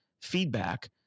feedback